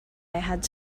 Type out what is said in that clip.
had